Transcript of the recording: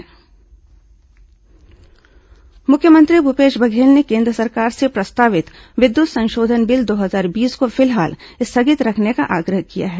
विद्युत संशोधन bill CM मुख्यमंत्री भूपेश बघेल ने केन्द्र सरकार के प्रस्तावित विद्युत संशोधन बिल दो हजार बीस को फिलहाल स्थगित रखने का आग्रह किया है